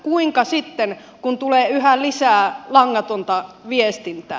kuinka sitten kun tulee yhä lisää langatonta viestintää